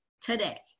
today